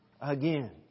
again